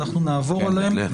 אנחנו נעבור עליהם,